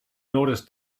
noticed